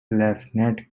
lieutenant